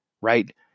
right